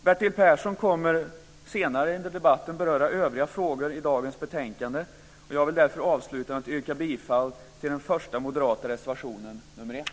Bertil Persson kommer senare under debatten att beröra övriga frågor i dagens betänkande. Jag vill därför avsluta med att yrka bifall till den första moderata reservationen, nr 1.